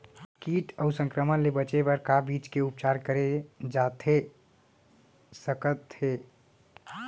किट अऊ संक्रमण ले बचे बर का बीज के उपचार करे जाथे सकत हे?